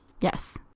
Yes